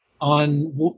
on